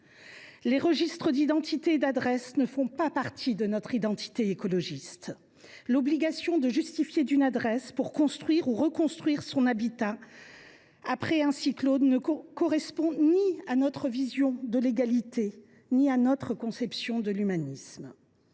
Les registres d’identité et d’adresse ne font pas partie de notre identité écologiste. L’obligation de justifier d’une adresse pour construire ou reconstruire son habitat après un cyclone ne correspond ni à notre vision de l’égalité ni à notre conception de l’humanisme.